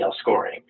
scoring